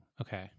Okay